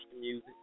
music